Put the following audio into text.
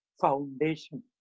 foundation